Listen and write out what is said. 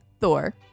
thor